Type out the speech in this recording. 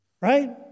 right